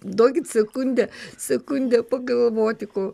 duokit sekundę sekundę pagalvoti ko